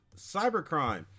cybercrime